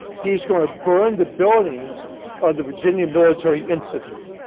he is going to burn the buildings of the virginia military institute.